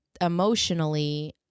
emotionally